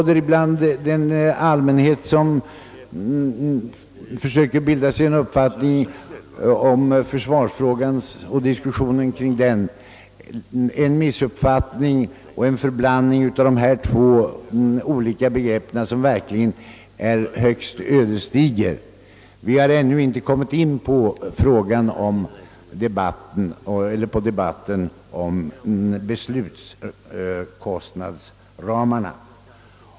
Den allmänhet som försöker bilda sig en uppfattning om försvarsfrågan och diskussionen kring den har blandat ihop dessa två begrepp, vilket är högst ödesdigert. Vi har ännu inte kommit in på debatten om beslutkostnadsramarna.